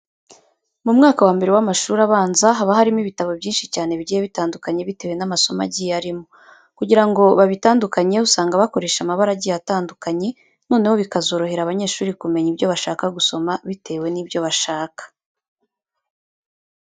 Mu mwaka wa mbere w'amashuri abanza haba harimo ibitabo byinshi cyane bigiye bitandukanye bitewe n'amasomo agiye arimo. Kugira ngo babitandukanye usanga bakoresha amabara agiye atandukanye, noneho bikazorohera abanyeshuri kumenya ibyo bashaka gusoma bitewe n'ibyo bashaka.